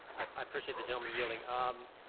i appreciate the gentleman yielding. um